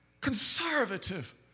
conservative